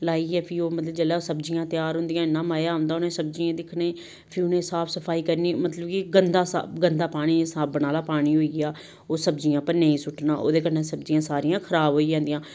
लाइयै फ्ही ओह् जेल्लै सब्जियां त्यार होंदियां इन्ना मजा आंदा उ'नेंगी सब्जियें गी दिक्खने फ्ही उ'नेंगी साफ सफाई करनी मतलब कि गंदा सा गंदा पानी साबन आह्ला पानी होई गेआ ओह् सब्जियें उप्पर नेईं सुट्टना ओह्दे कन्नै सब्जियां सारियां खराब होई जंदियां